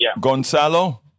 Gonzalo